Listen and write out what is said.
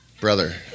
brother